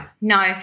no